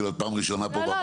כאילו את פעם ראשונה בוועדה.